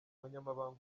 umunyamabanga